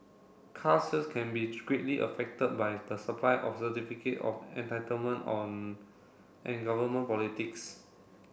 car sales can be greatly affected by the supply of certificate of entitlement and government politics